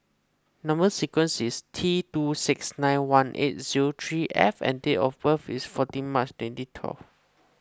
Number Sequence is T two six nine one eight zero three F and date of birth is fourteen March twenty twelve